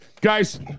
guys